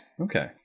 Okay